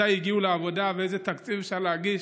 מתי הגיעו לעבודה ואיזה תקציב אפשר להגיש,